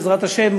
בעזרת השם,